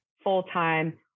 full-time